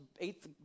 eighth